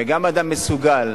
וגם אדם מסוגל,